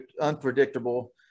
unpredictable